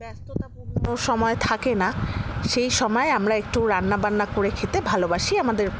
ব্যস্ততাপূর্ণ সময় থাকে না সেই সময়ে আমরা একটু রান্নাবান্না করে খেতে ভালোবাসি আমাদের